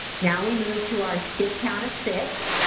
now we move to our skip count of six.